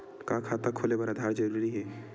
का खाता खोले बर आधार जरूरी हे?